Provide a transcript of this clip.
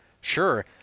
sure